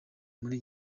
muri